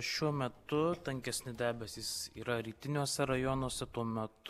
šiuo metu tankesni debesys yra rytiniuose rajonuose tuo met